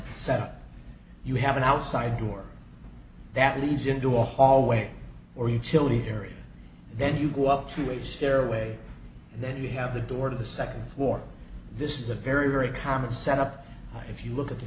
set up you have an outside door that leads into a hallway or utility area then you go up to a stairway and then you have the door to the second war this is a very very common set up if you look at the